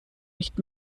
nicht